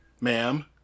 ma'am